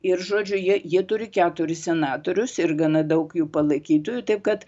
ir žodžiu jie jie turi keturis senatorius ir gana daug jų palaikytojų taip kad